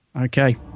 Okay